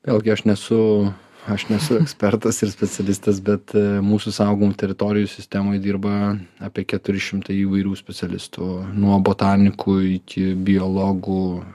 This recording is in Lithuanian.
vėlgi aš nesu aš nesu ekspertas ir specialistas bet mūsų saugomų teritorijų sistemoj dirba apie keturi šimtai įvairių specialistų nuo botanikų iki biologų